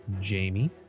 Jamie